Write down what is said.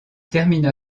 termina